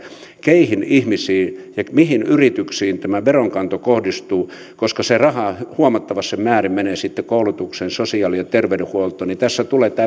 keihin ihmisiin ja mihin yrityksiin veronkanto kohdistuu koska kun se raha huomattavassa määrin sitten menee koulutukseen ja sosiaali ja terveydenhuoltoon niin tässä tulee